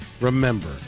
remember